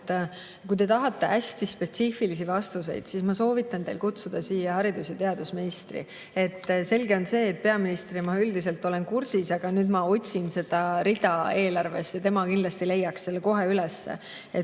et kui te tahate hästi spetsiifilisi vastuseid, siis ma soovitan teil kutsuda siia haridus- ja teadusministri. Selge on see, et peaministrina ma üldiselt olen kursis, aga nüüd ma otsin seda rida eelarvest. Tema kindlasti leiaks selle kohe üles.